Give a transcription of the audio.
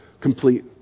complete